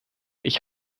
ich